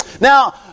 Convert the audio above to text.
Now